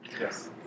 Yes